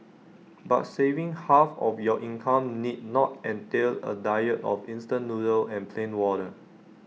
but saving half of your income need not entail A diet of instant noodles and plain water